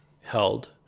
held